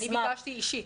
אני ביקשתי אישית.